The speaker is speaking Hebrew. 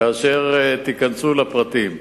כאשר תיכנסו לפרטים.